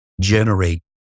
generate